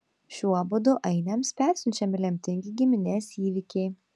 šiuo būdu ainiams persiunčiami lemtingi giminės įvykiai